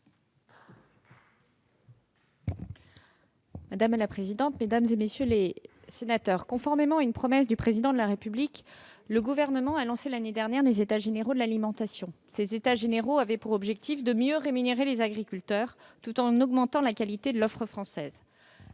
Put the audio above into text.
Mme la secrétaire d'État. Monsieur le sénateur, conformément à une promesse du Président de la République, le Gouvernement a lancé l'année dernière des états généraux de l'alimentation. Ceux-ci avaient pour objectif de mieux rémunérer les agriculteurs tout en augmentant la qualité de l'offre française.